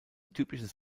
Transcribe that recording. typisches